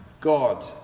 God